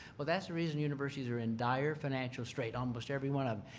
well that's the reason universities are in dire financial strait, almost everyone of them.